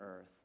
earth